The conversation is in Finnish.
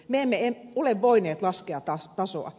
me emme ole voineet laskea tasoa